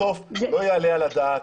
בסוף לא יעלה על הדעת,